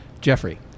Jeffrey